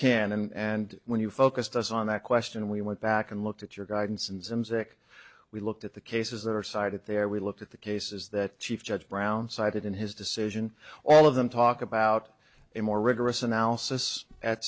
can and when you focused us on that question we went back and looked at your guidance and some sick we looked at the cases that are side at their we looked at the cases that chief judge brown cited in his decision all of them talk about a more rigorous analysis at